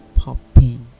popping